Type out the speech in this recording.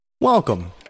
Welcome